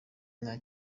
nta